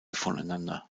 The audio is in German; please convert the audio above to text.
voneinander